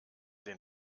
den